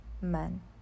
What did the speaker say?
men